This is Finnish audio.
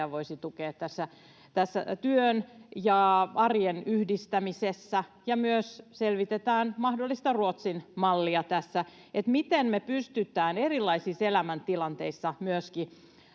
voisi tukea työn ja arjen yhdistämisessä. Selvitetään myös mahdollista Ruotsin mallia tässä. Miten me pystytään erilaisissa elämäntilanteissa myöskin